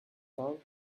time